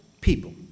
people –